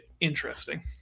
interesting